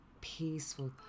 peaceful